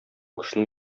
кешенең